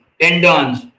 tendons